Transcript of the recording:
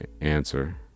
answer